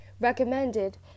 recommended